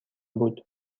بود